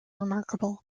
remarkable